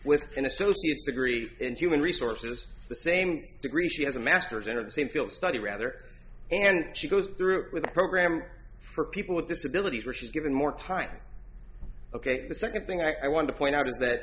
with an associate's degree in human resources the same degree she has a master's enter the same field study rather and she goes through with the program for people with disabilities or she's given more time ok the second thing i want to point out is that